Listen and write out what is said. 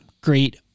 Great